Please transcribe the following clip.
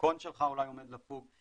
הדרכון שלך אולי עומד לפוג,